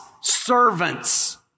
Servants